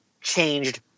changed